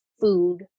food